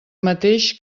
mateix